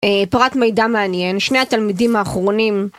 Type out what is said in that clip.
פרט מידע מעניין, שני התלמידים האחרונים